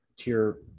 Tier